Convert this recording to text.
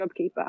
JobKeeper